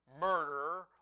murder